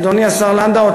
אדוני השר לנדאו,